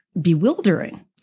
bewildering